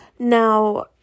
Now